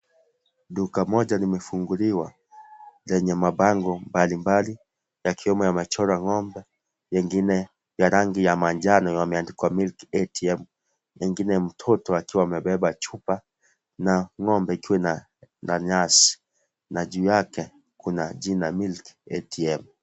Duka moja limefunguliwa lenye mabango mbalimbali yakiwemo yamechorwa ng'ombe mengine ya rangi ya manjano yameandikwa Milk ATM ingine mtoto akiwa amebeba chupa na ng'ombe ikiwa na nyasi na juu yake kuna jina Milk ATM.